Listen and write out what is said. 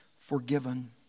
forgiven